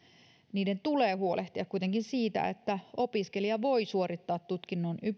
niiden tulee huolehtia kuitenkin siitä että opiskelija voi suorittaa tutkinnon